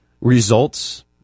results